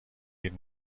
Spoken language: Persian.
این